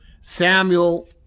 Samuel